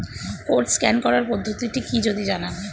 Code scan করার পদ্ধতিটি কি যদি জানান?